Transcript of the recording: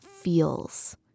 feels